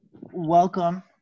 Welcome